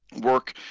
work